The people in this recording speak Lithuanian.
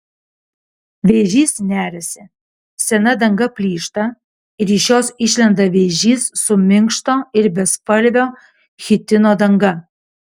vėžys neriasi sena danga plyšta ir iš jos išlenda vėžys su minkšto ir bespalvio chitino danga